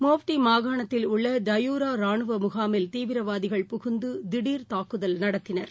மோப்டிமாகாணத்தில் உள்ளடையூரா ராணுவமுகாமில் தீவிரவாதிகள் புகுந்துதிடர் தாக்குதல் நடத்தினர்